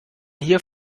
hier